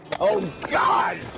oh, god!